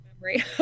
memory